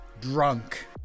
drunk